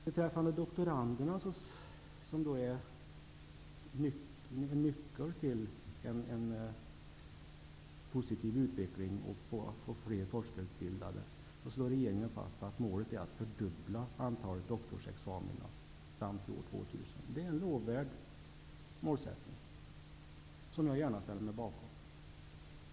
Beträffande doktoranderna, som är en nyckel till en positiv utveckling och till att få fler forskarutbildade, slår regeringen fast att målet är att fördubbla antalet doktorsexamina fram till år 2000. Det är en lovvärd målsättning, som jag gärna ställer mig bakom.